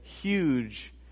huge